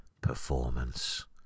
performance